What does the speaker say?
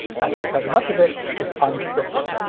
that's because much of it is unscripted.